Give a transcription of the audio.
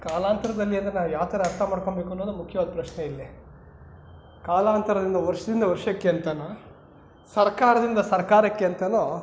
ಕಾಲಾಂತರದಲ್ಲಿ ಅಂದರೆ ನಾವು ಯಾವ ಥರ ಅರ್ಥ ಮಾಡ್ಕಂಬೇಕು ಅನ್ನೋದು ಮುಖ್ಯವಾದ ಪ್ರಶ್ನೆ ಇಲ್ಲಿ ಕಾಲಾಂತರದಿಂದ ವರ್ಷದಿಂದ ವರ್ಷಕ್ಕೆ ಅಂತನಾ ಸರ್ಕಾರದಿಂದ ಸರ್ಕಾರಕ್ಕೆ ಅಂತನೋ